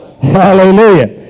Hallelujah